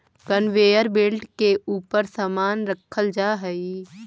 conveyor belt के ऊपर समान रखल जा हई